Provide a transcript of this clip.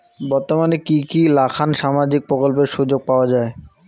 বর্তমানে কি কি নাখান সামাজিক প্রকল্পের সুযোগ পাওয়া যায়?